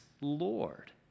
Lord